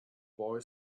boy